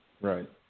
Right